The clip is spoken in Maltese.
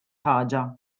ħaġa